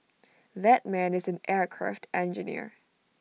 that man is an aircraft engineer